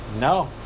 No